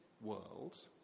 world